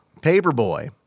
Paperboy